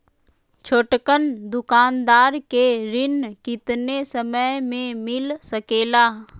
छोटकन दुकानदार के ऋण कितने समय मे मिल सकेला?